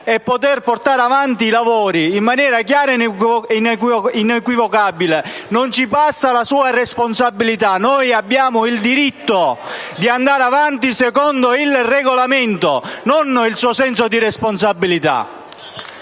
e poter portare avanti i lavori in maniera chiara e inequivocabile. Non ci basta la sua responsabilità. Noi abbiamo il diritto di andare avanti secondo il Regolamento, non secondo il suo senso di responsabilità.